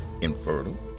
infertile